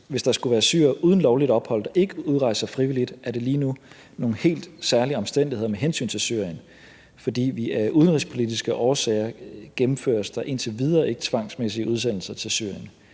Hvis der skulle være syrere uden lovligt ophold, der ikke udrejser frivilligt, er der lige nu nogle helt særlige omstændigheder med hensyn til Syrien, fordi der af udenrigspolitiske årsager indtil videre ikke gennemføres tvangsmæssige udsendelser til Syrien.